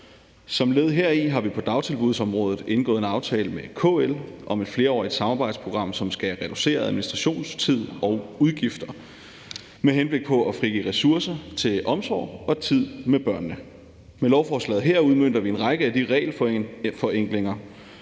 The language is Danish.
Som led heri har vi på dagtilbudsområdet indgået en aftale med KL om et flerårigt samarbejdsprogram, som skal reducere administrationstiden og udgifterne med henblik på at frigive ressourcer til omsorg og tid med børnene. Med lovforslaget her udmønter vi en række af de regelforenklinger,